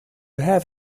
have